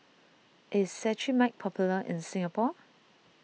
is Cetrimide popular in Singapore